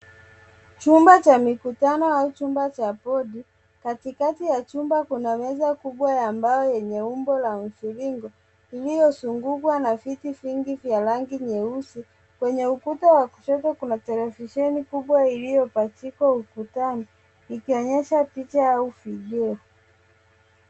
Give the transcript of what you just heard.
Chumba cha mikutano au chumba cha bodi. Katikati ya chumba kuna meza kubwa ya mbao yenye umbo la mviringo iliyozungukwa na viti vingi vya rangi nyeusi. Kuna televisheni kubwa iliyopachikwa ukutani ikionyesha picha au video.